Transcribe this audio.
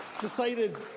decided